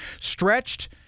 stretched